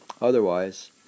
otherwise